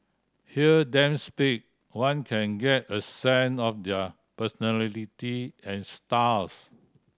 hear them speak one can get a sense of their personality and styles